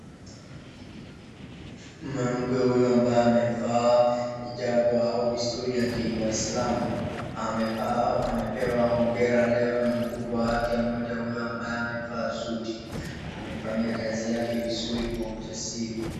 Mwanamke huyu ambaye amevaa hijabu au desturi ya kiwaislamu amepewa hongera leo na mkubwa wake mmoja huyu ambaye amevaa suti. Amefanya kazi yake vizuri kwa ujasiri.